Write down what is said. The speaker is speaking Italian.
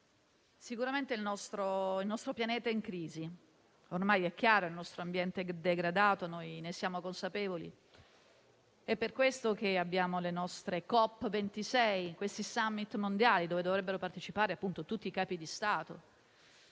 sicuramente il nostro pianeta è in crisi. Ormai è chiaro che il nostro ambiente è degradato e noi ne siamo consapevoli. È per questo che abbiamo le nostre COP26, questi *summit* mondiali ai quali dovrebbero partecipare tutti i capi di Stato.